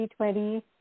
2020